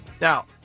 Now